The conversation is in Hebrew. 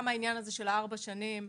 גם העניין הזה של ארבע שנים,